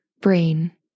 brain